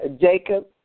Jacob